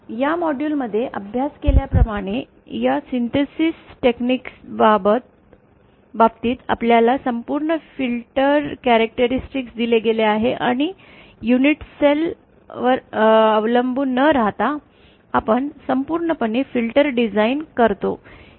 या मॉड्यूलमध्ये अभ्यास केल्याप्रमाणे या संश्लेषण तंत्राच्या बाबतीत आपल्याला संपूर्ण फिल्टर वैशिष्ट्य दिले गेले आहे आणि युनिट सेलवर अवलंबून न राहता आपण संपूर्णपणे फिल्टर डिझाइन करतो